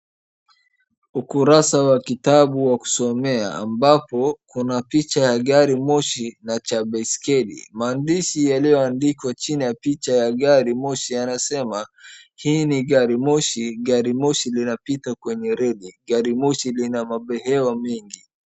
Ukurasa wa kitabu wa kusomea ambapo kuna picha ya gari moshi na cha baiskeli. Maandishi yaliyoandikwa chini ya picha ya gari moshi yanasema hii ni gari moshi, gari moshi linapita kwenye reli. Gari moshi lina mabehewa mengi.